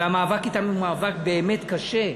והמאבק אתם הוא באמת קשה,